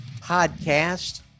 podcast